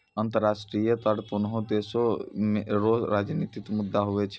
अंतर्राष्ट्रीय कर कोनोह देसो रो राजनितिक मुद्दा हुवै छै